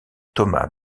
thomas